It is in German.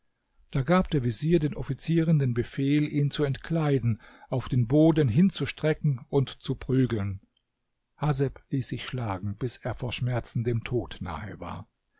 da gab der vezier den offizieren den befehl ihn zu entkleiden auf den boden hinzustrecken und zu prügeln haseb ließ sich schlagen bis er vor schmerzen dem tod nahe war